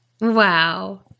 Wow